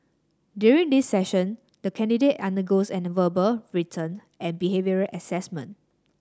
during this session the candidate undergoes and verbal written and behavioural assessment